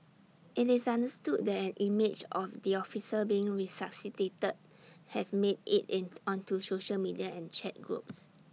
IT is understood that an image of the officer being resuscitated has made IT in onto social media and chat groups